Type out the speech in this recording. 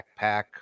backpack